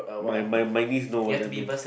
my my niece know what get means